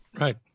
Right